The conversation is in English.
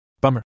Bummer